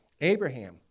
Abraham